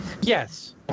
Yes